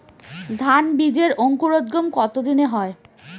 ধান বীজের অঙ্কুরোদগম কত দিনে হয়?